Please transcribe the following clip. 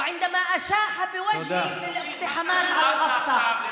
וכשהפנה מבט הצידה כאשר פרצו אל אל-אקצא.